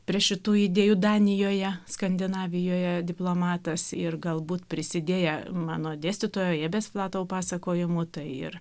prie šitų idėjų danijoje skandinavijoje diplomatas ir galbūt prisidėję mano dėstytojo ėbės flatau pasakojimų tai ir